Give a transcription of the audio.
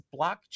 blockchain